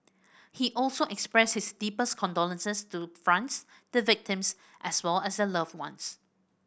he also expressed his deepest condolences to France the victims as well as their loved ones